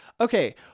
okay